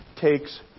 takes